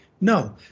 No